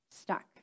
stuck